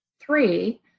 three